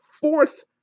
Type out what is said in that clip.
Fourth